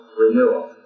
renewal